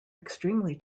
extremely